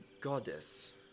goddess